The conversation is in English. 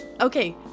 Okay